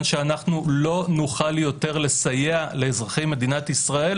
אנחנו לא נוכל יותר לסייע לאזרחי מדינת ישראל,